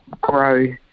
grow